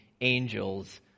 angels